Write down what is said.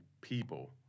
people